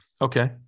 okay